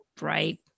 right